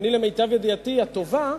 למיטב ידיעתי הטובה,